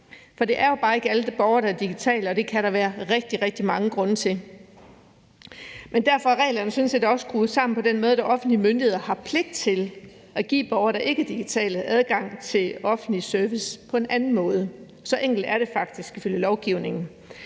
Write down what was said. For det er jo bare ikke alle borgere, der er digitale, og det kan der være rigtig, rigtig mange grunde til. Derfor er reglerne sådan set også skruet sammen på den måde, at offentlige myndigheder har pligt til at give borgere, der ikke er digitale, adgang til offentlig service på en anden måde. Så enkelt er det faktisk ifølge lovgivningen.